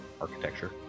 architecture